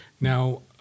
Now